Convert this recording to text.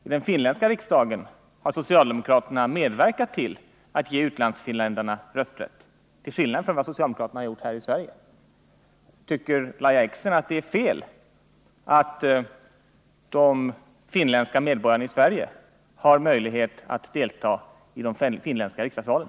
I den finländska riksdagen har socialdemokraterna medverkat till att ge utlandsfinländarna rösträtt, till skillnad från vad socialdemokraterna har gjort i Sverige. Tycker Lahja Exner att det är fel att de finländska medborgarna i Sverige har möjlighet att delta i de finländska riksdagsvalen?